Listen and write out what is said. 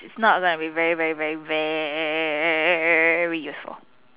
not like it will be very very very very useful